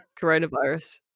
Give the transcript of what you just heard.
coronavirus